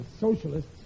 socialists